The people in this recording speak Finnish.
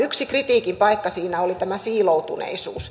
yksi kritiikin paikka siinä oli tämä siiloutuneisuus